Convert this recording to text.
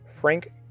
Frank